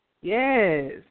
Yes